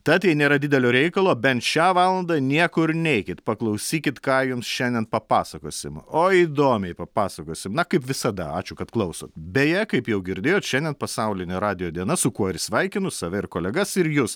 tad jei nėra didelio reikalo bent šią valandą niekur neikit paklausykit ką jums šiandien papasakosim o įdomiai papasakosim na kaip visada ačiū kad klausot beje kaip jau girdėjot šiandien pasaulinė radijo diena su kuo ir sveikinu save ir kolegas ir jus